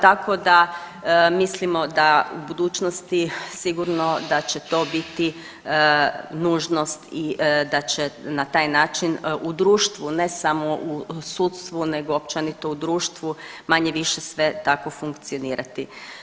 Tako da mislimo da u budućnosti sigurno da će to biti nužnost i da će na taj način u društvu, ne samo u sudstvu, nego općenito u društvu manje-više sve tako funkcionirati.